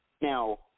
Now